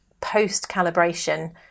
post-calibration